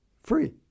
free